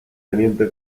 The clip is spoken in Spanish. teniente